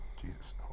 Jesus